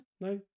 No